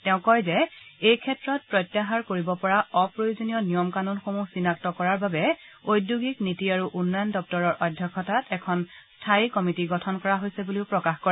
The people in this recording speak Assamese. তেওঁ কয় যে এই ক্ষেত্ৰত প্ৰত্যাহাৰ কৰিব পৰা অপ্ৰয়োজনীয় নিয়ম কানুনসমূহ চিনাক্ত কৰাৰ বাবে উদ্যোগিক নীতি আৰু উন্নয়ন দপ্তৰৰ অধ্যক্ষতাত এখন স্থায়ী কমিটি গঠন কৰা হৈছে বুলিও প্ৰকাশ কৰে